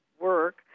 work